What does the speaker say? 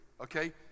okay